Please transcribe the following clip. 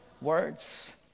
words